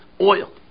oil